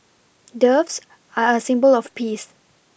doves are a symbol of peace